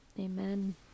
Amen